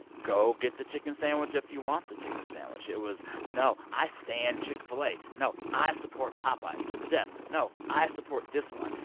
go get the chicken sandwich if you want the chicken sandwich. it was, no, i stan chick-fil-a. no, i support popeyes to the death. no, i support this one.